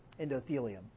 endothelium